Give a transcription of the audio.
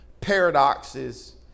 paradoxes